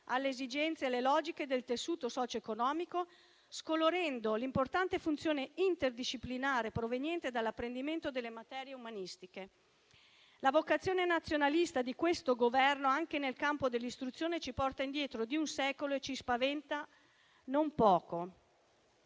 alle esigenze e alle logiche del tessuto socioeconomico, scolorendo l'importante funzione interdisciplinare proveniente dall'apprendimento delle materie umanistiche. La vocazione nazionalista di questo Governo anche nel campo dell'istruzione ci porta indietro di un secolo e ci spaventa non poco.